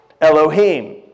Elohim